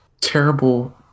terrible